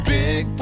big